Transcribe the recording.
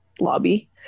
Lobby